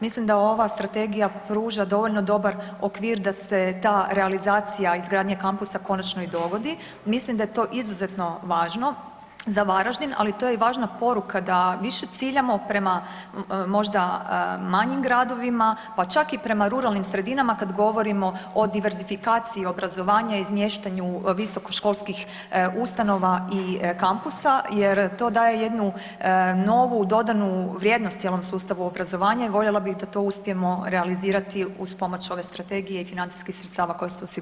Mislim da ova strategija pruža dovoljno dobar okvir da se ta realizacija izgradnje kampusa konačno i dogodi, mislim da je to izuzetno važno za Varaždin, ali to je važna poruka da više ciljamo prema možda manjim gradovima, pa čak i prema ruralnim sredinama kad govorimo o diversifikaciji obrazovanja izmještanju visokoškolskih ustanova i kampusa jer to daje jednu novu dodanu vrijednost cijelom sustavu obrazovanja i voljela bih da to uspijemo realizirati uz pomoć ove strategije i financijskih sredstava koja su osigurana.